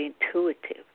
intuitive